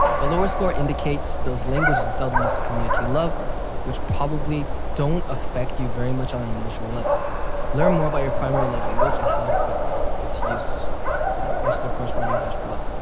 the lower score indicates those languages seldom used to communicate love which probably don't affect you very much on an emotional level learn more about your primary love language and how to put its use next to their corresponding match below.